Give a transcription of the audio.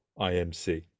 IMC